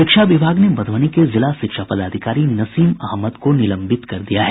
शिक्षा विभाग ने मधुबनी के जिला शिक्षा पदाधिकारी नसीम अहमद को निलंबित कर दिया है